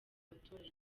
baturage